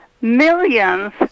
millions